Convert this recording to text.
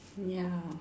ya